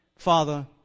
Father